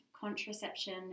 contraception